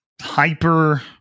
hyper